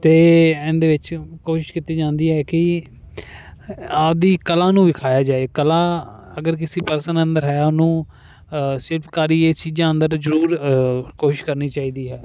ਤੇ ਐਨ ਦੇ ਵਿੱਚ ਕੋਸ਼ਿਸ਼ ਕੀਤੀ ਜਾਂਦੀ ਹੈ ਕੀ ਆਪਦੀ ਕਲਾ ਨੂੰ ਵਿਖਾਇਆ ਜਾਏ ਕਲਾ ਅਗਰ ਕਿਸੀ ਪਰਸਨ ਅੰਦਰ ਹੈ ਉਹਨੂੰ ਸ਼ਿਲਪਕਾਰੀ ਇਸ ਚੀਜਾਂ ਅੰਦਰ ਜਰੂਰ ਕੋਸ਼ਿਸ਼ ਕਰਨੀ ਚਾਈਦੀ ਹੈ